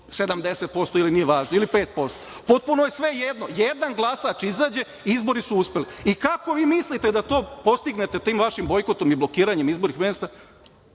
50%, 30%, 70% ili 5%. Potpuno je svejedno. Jedan glasač izađe, izbori su uspeli. Kako vi mislite da to postignete tim vašim bojkotom i blokiranjem izbornih mesta?